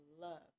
love